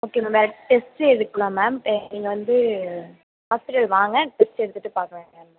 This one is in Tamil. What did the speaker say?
ஓகே மேம் வேறு டெஸ்ட்டு எடுக்கலாம் மேம் நீங்கள் வந்து ஹாஸ்பிட்டல் வாங்க டெஸ்ட்டு எடுத்துட்டு பார்க்கலாம் என்னென்னு